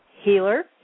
healer